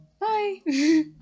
bye